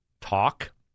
talk